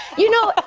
you know,